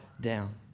down